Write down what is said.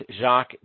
jacques